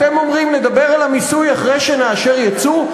אתם אומרים: נדבר על המיסוי אחרי שנאשר ייצוא.